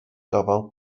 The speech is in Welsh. gofal